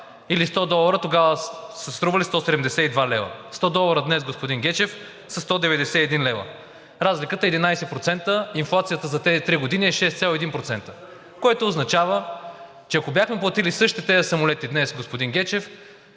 или 100 долара тогава са стрували 172 лв. Сто долара днес, господин Гечев, са 191 лв. Разликата е 11%, инфлацията за тези три години е 6,1%, което означава, че ако бяхме платили същите тези самолети днес, господин Гечев,